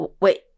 wait